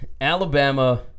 Alabama